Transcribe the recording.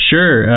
Sure